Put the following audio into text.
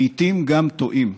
לעיתים גם טועים,